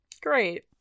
great